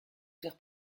faire